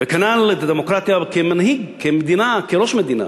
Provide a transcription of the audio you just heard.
וכנ"ל את הדמוקרטיה כמנהיג, כראש מדינה.